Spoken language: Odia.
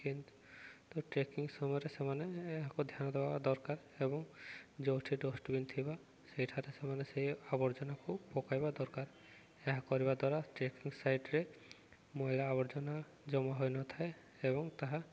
କିନ୍ତୁ ତ ଟ୍ରେକିଂ ସମୟରେ ସେମାନେ ଏହାକୁ ଧ୍ୟାନ ଦେବା ଦରକାର ଏବଂ ଯେଉଁଠି ଡଷ୍ଟବିନ୍ ଥିବା ସେଇଠାରେ ସେମାନେ ସେଇ ଆବର୍ଜନାକୁ ପକାଇବା ଦରକାର ଏହା କରିବା ଦ୍ୱାରା ଟ୍ରେକିଂ ସାଇଡ଼୍ରେ ମଇଳା ଆବର୍ଜନା ଜମା ହୋଇନଥାଏ ଏବଂ ତାହା